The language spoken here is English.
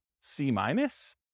C-minus